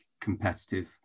competitive